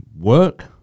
work